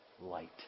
light